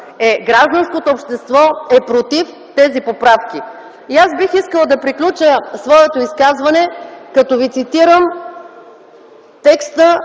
Е, гражданското общество е против тези поправки. Аз бих искала да приключа своето изказване, като ви цитирам текста